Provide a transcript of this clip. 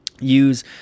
use